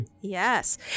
yes